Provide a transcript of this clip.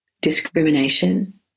discrimination